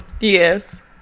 Yes